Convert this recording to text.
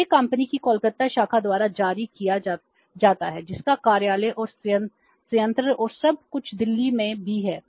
और यह कंपनी की कोलकाता शाखा द्वारा जारी किया जाता है जिसका कार्यालय और संयंत्र और सब कुछ दिल्ली में भी है